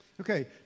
okay